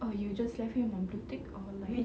oh you just left him on blue tick or like